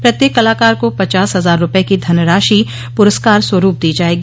प्रत्येक कलाकार को पचास हजार रूपये की धनराशि पुरस्कार स्वरूप दी जायेगी